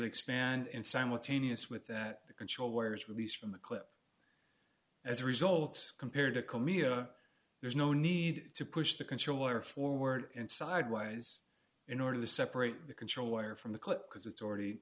expand in simultaneous with that the control wires release from the clip as a result compared to call me a there's no need to push the controller forward in sidewise in order to separate the control wire from the clip because it's already